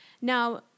Now